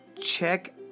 check